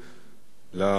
בבקשה, השר.